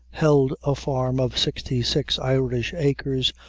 held a farm of sixty-six irish acres,